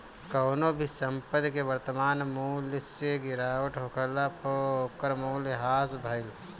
कवनो भी संपत्ति के वर्तमान मूल्य से गिरावट होखला पअ ओकर मूल्य ह्रास भइल